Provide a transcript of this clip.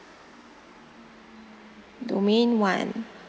domain one